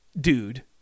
dude